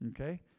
Okay